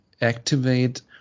activate